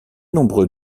nombreux